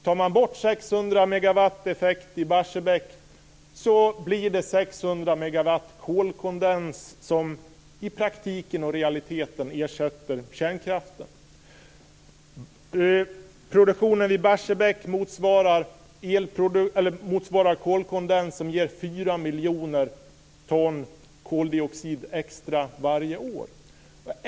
Tar man bort 600 megawatt effekt i Barsebäck blir det i praktiken 600 megawatt kolkondens som ersätter kärnkraften. Produktionen i Barsebäck motsvarar kolkondens som ger fyra miljoner ton koldioxid extra varje år.